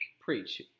Preach